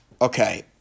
Okay